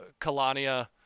Kalania